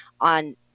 on